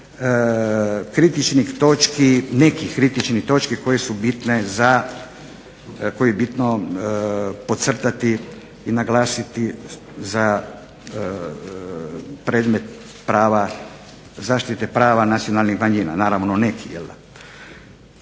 da tako kažem nekih kritičnih točki koje su bitne za, koje je bitno podcrtati i naglasiti za predmet zaštite prava nacionalnih manjina, naravno nekih jel'da?